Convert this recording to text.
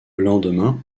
lendemain